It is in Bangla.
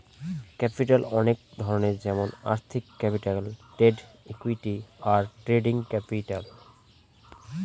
ক্যাপিটাল অনেক ধরনের যেমন আর্থিক ক্যাপিটাল, ডেট, ইকুইটি, আর ট্রেডিং ক্যাপিটাল